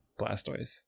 blastoise